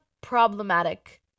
Problematic